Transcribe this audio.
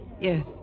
Yes